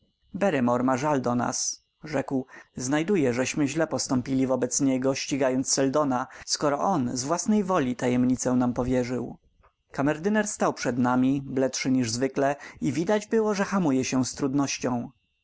ma żal do nas rzekł znajduje żeśmy źle postąpili wobec niego ścigając seldona skoro on z własnej woli tajemnicę nam powierzył kamerdyner stał przed nami bledszy niż zwykle i widać było ze hamuje się